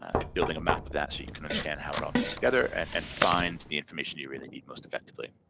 and building a map of that so you can understand how it all fits together and and find the information you really need most effectively.